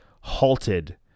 halted